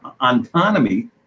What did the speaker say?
autonomy